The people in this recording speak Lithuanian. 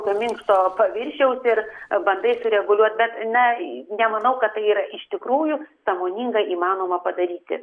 minkšto paviršiaus ir bandai sureguliuot bet na nemanau kad tai yra iš tikrųjų sąmoninga įmanoma padaryti